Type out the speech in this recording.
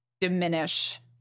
diminish